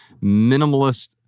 minimalist